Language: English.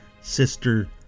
sister